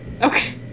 Okay